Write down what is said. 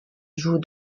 joue